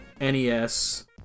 NES